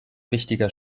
wichtiger